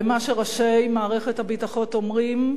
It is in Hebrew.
למה שראשי מערכת הביטחון אומרים,